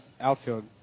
outfield